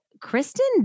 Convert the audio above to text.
Kristen